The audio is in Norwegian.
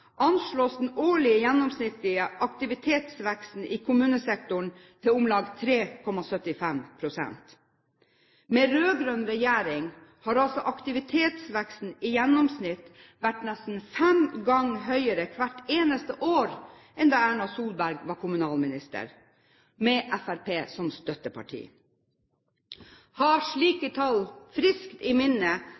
årlige gjennomsnittlige aktivitetsveksten i kommunesektoren til om lag 3,75 pst. Med rød-grønn regjering har altså aktivitetsveksten i gjennomsnitt vært nesten fem ganger høyere hvert eneste år enn da Erna Solberg var kommunalminister, med Fremskrittspartiet som støtteparti. Ha slike tall friskt i minne